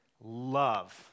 love